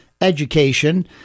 education